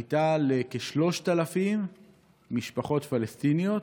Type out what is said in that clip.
הייתה לכ-3,000 משפחות פלסטיניות,